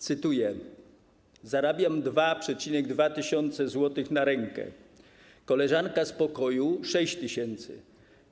Cytuję: Zarabiam 2,2 tys. zł na rękę, koleżanka z pokoju 6 tys. zł.